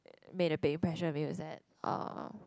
made a big impression to me was that uh